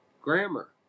Grammar